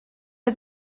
bei